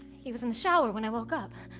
he was in the shower when i woke up.